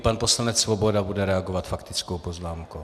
Pan poslanec Svoboda bude reagovat faktickou poznámkou.